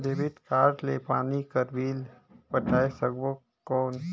Debit card ले पानी कर बिल पटाय सकबो कौन?